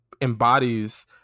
embodies